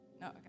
No